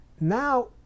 Now